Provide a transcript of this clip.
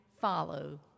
follow